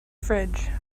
fridge